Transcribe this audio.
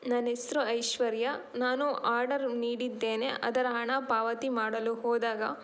ನನ್ನ ಹೆಸರು ಐಶ್ವರ್ಯಾ ನಾನು ಆಡರ್ ನೀಡಿದ್ದೇನೆ ಅದರ ಹಣ ಪಾವತಿ ಮಾಡಲು ಹೋದಾಗ